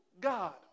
God